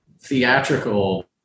theatrical